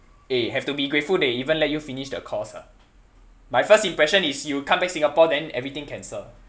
eh have to be grateful they even let you finish the course ah my first impression is you come back singapore then everything cancelled